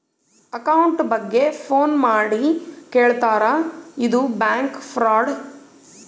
account ಬಗ್ಗೆ phone ಮಾಡಿ ಕೇಳ್ತಾರಾ ಇದು ಬ್ಯಾಂಕ್ ಫ್ರಾಡ್